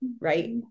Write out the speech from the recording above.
right